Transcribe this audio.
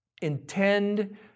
intend